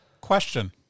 Question